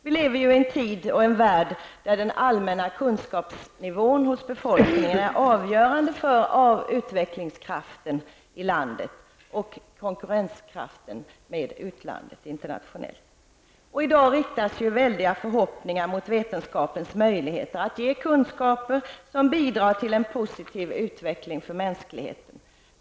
Vi lever ju i en tid och i en värld där den allmänna kunskapsnivån hos befolkningen är avgörande för landets utvecklingskraft och internationella konkurrenskraft. I dag ställs ju stora förhoppningar på vetenskapens möjligheter att ge kunskaper som bidrar till en positiv utveckling för mänskligheten.